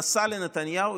נסע לנתניהו,